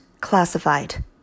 Classified